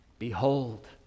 Behold